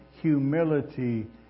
humility